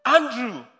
Andrew